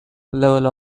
level